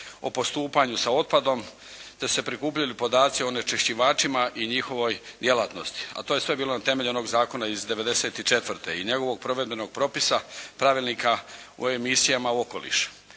o postupanju sa otpadom te su se prikupljali podaci o onečišćivaćima i njihovoj djelatnosti, a to je sve bilo na temelju onog zakona iz 1994. i njegovog provedbenog propisa, Pravilnika o emisijama u okoliš.